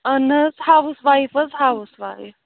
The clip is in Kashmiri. اَہَن حظ ہاوُس وایِف حظ ہاوُس وایِف